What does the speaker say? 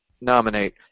nominate